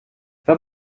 wenn